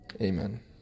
Amen